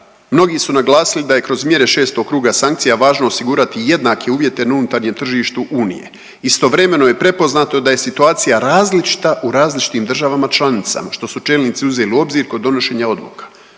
Mnogi su naglasili da je kroz mjere šestog kruga sankcija važno osigurati jednake uvjete na unutarnjem tržištu Unije. Istovremeno je prepoznato da je situacija različita u različitim državama članicama, što su čelnici uzeli u obzir kod donošenja odluka.“